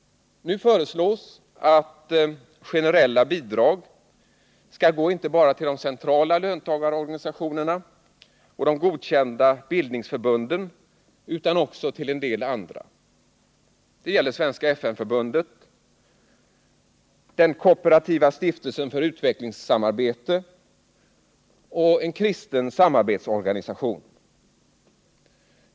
Nu föreslås att generella bidrag skall gå inte bara till de centrala löntagarorganisationerna och de godkända bildningsförbunden utan också till en del andra. Det gäller Svenska FN-förbundet, den kooperativa stiftelsen för utvecklingssamarbete och en kristen samarbetsorganisation.